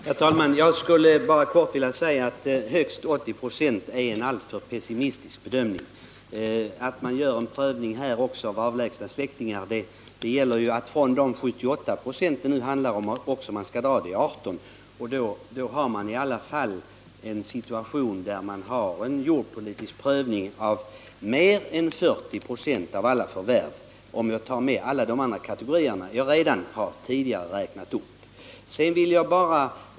Herr talman! Jag skulle bara helt kort vilja säga att högst 80 96 är en alltför pessimistisk bedömning. Då man gör en prövning även av avlägsna släktingars förvärv gäller det att från dessa 78 96 dra 18 96. Då uppstår en situation där man i alla fall har en jordpolitisk prövning av mer än 40 96 av alla förvärv, om jag tar med alla de andra kategorier jag redan tidigare räknat upp.